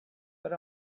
but